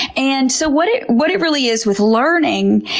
and so what it what it really is with learning,